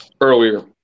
earlier